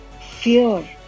fear